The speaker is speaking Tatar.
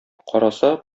караса